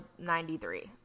93